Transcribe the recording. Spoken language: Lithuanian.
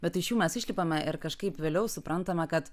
bet iš jų mes išlipame ir kažkaip vėliau suprantame kad